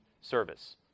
service